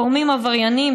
גורמים עברייניים,